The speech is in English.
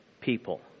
people